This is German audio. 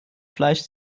fleisch